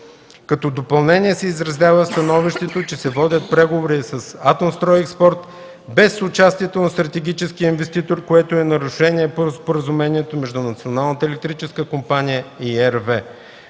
Като допълнение се изразява становище, че се водят преговори с „Атомстройекспорт” без участието на стратегическия инвеститор, което е нарушение по споразумението между